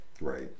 Right